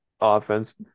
offense